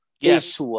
Yes